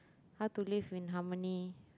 how to live in harmony